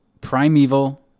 Primeval